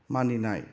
मानिनाय